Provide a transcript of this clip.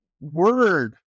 word